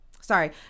sorry